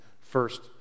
first